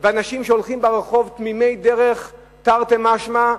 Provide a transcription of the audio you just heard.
ואנשים שהולכים ברחוב תמימי-דרך, תרתי משמע,